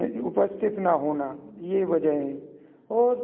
उपस्थित ना होना ये वजह है और